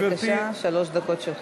בבקשה, שלוש הדקות שלך.